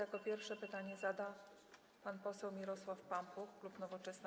Jako pierwszy pytanie zada pan poseł Mirosław Pampuch, klub Nowoczesna.